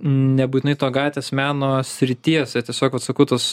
nebūtinai to gatvės meno srities jie tiesiog sakau tas